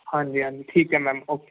ਹਾਂਜੀ ਹਾਂਜੀ ਠੀਕ ਹੈ ਮੈਮ ਓਕੇ